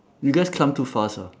you guys climbed too fast ah